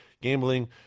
gambling